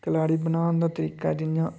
कलाड़ी बनान दा तरीका ऐ जियां